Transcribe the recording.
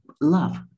love